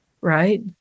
right